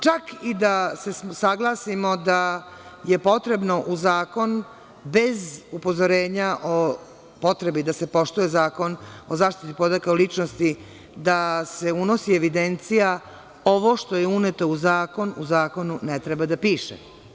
Čak i da se saglasimo da je potrebno u zakon bez upozorenja o potrebi da se poštuje Zakon o zaštiti podataka o ličnosti, da se unosi evidencija, ovo što je uneto u zakon u zakonu ne treba da piše.